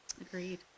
Agreed